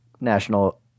national